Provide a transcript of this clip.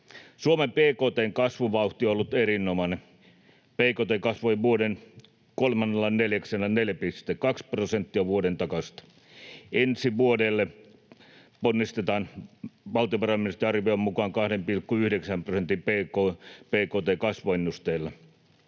Suomen bkt:n kasvuvauhti on ollut erinomainen: Bkt kasvoi vuoden kolmannella neljänneksellä 4,2 prosenttia vuoden takaisesta. Ensi vuodelle ponnistetaan valtiovarainministeriön arvion mukaan 2,9 prosentin bkt:n kasvuennusteilla.